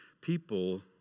people